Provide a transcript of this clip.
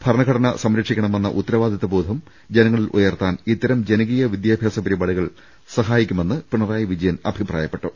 ഭരണഘടന സംരക്ഷിക്കണ മെന്ന ഉത്തരവാദിത്വബോധം ജനങ്ങളിൽ ഉയർത്താൻ ഇത്തരം ജനകീയ വിദ്യാഭ്യാസ പരിപാടികൾ സഹായിക്കു മെന്ന് പിണറായി വിജയൻ അഭിപ്രായപ്പെട്ടു